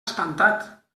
espantat